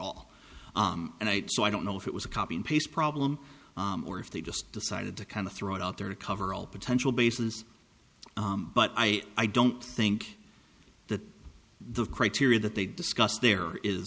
all and i so i don't know if it was a copy and paste problem or if they just decided to kind of throw it out there to cover all potential bases but i i don't think that the criteria that they discussed there is